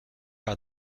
par